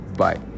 bye